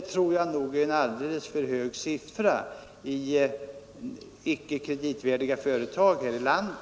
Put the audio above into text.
Det tror jag är en alldeles för hög beräkning av antalet icke kreditvärdiga företag här i landet.